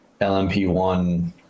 LMP1